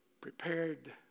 prepared